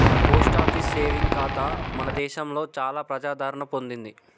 post office saving ఖాతా మన దేశంలో చాలా ప్రజాదరణ పొందింది